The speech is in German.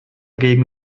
gegen